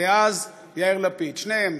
דאז יאיר לפיד, שניהם.